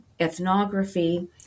ethnography